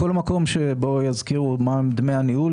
בכל מקום שבו יזכירו מהם דמי הניהול,